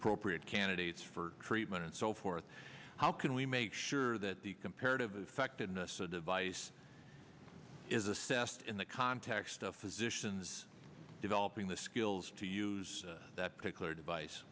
appropriate candidates for treatment and so forth how can we make sure that the comparative effectiveness of device is assessed in the context of physicians developing the skills to use that particular device